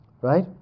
right